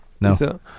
no